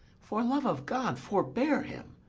for love of god, forbear him!